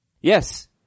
Yes